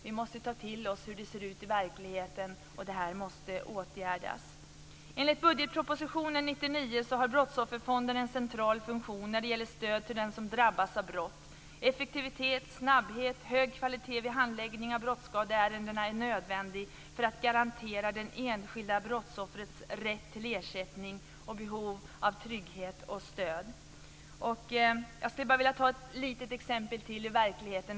Vi måste ta till oss hur det ser ut i verkligheten och vidta åtgärder. Enligt budgetpropositionen 1999 har Brottsofferfonden en central funktion när det gäller stöd till dem som drabbas av brott. Effektivitet, snabbhet och hög kvalitet vid handläggningen av brottsskadeärendena är nödvändigt för att garantera det enskilda brottsoffrets rätt till ersättning och behov av trygghet och stöd. Låt mig ta ett litet exempel från verkligheten.